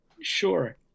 Sure